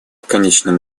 конечном